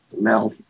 now